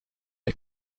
est